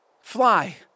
Fly